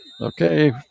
Okay